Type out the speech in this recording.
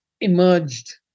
emerged